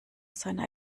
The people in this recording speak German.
seiner